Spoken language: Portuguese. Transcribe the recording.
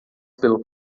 pelo